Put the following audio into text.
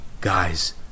Guys